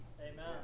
Amen